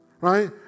right